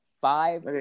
Five